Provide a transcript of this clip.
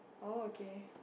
oh okay